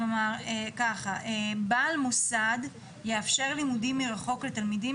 כלומר בעל מוסד יאפשר לימודים מרחוק לתלמידים